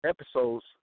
episodes